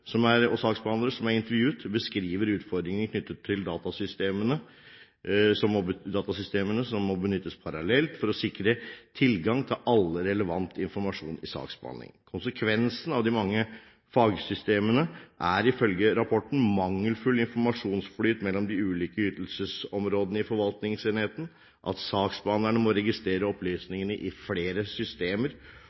og saksbehandlerne som er intervjuet, beskriver utfordringer knyttet til at datasystemene må benyttes parallelt for å sikre tilgang til all relevant informasjon i saksbehandlingen. Konsekvensene av de mange fagsystemene er, ifølge rapporten, mangelfull informasjonsflyt mellom de ulike ytelsesområdene i forvaltningsenheten, at saksbehandlerne må registrere opplysninger i flere systemer,